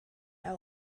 our